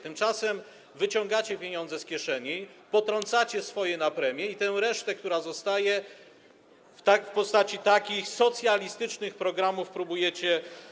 Tymczasem wyciągacie pieniądze z kieszeni, potrącacie swoje na premie i tę resztę, która zostaje, w postaci takich socjalistycznych programów próbujecie.